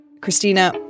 Christina